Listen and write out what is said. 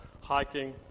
hiking